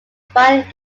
find